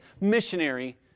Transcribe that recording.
missionary